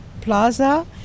plaza